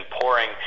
pouring